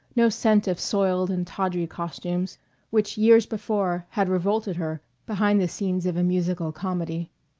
no scent of soiled and tawdry costumes which years before had revolted her behind the scenes of a musical comedy.